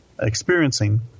experiencing